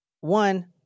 One